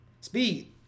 Speed